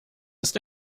ist